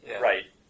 Right